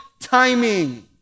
timing